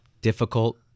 difficult